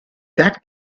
that